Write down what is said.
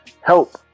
help